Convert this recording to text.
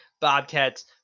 Bobcats